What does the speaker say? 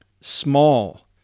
small